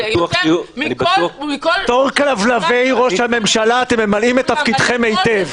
--- בתור כלבלבי ראש הממשלה אתם ממלאים את תפקידכם היטב.